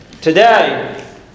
Today